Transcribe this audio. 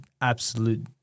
absolute